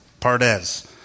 Pardes